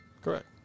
Correct